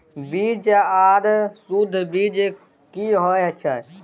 बीज आर सुध बीज की होय छै?